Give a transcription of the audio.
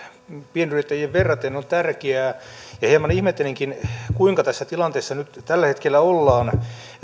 pienyrittäjiin verraten on tärkeää ja hieman ihmettelinkin kuinka tässä tilanteessa nyt tällä hetkellä ollaan